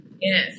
yes